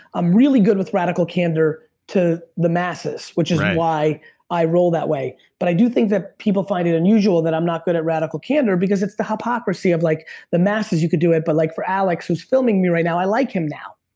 i'm really good with radical candor to the masses, which is why i roll that way, but i do think that people find it unusual that i'm not good at radical candor because it's the hypocrisy of like the masses you can do it, but like for alex who's filming me right now, i like him now.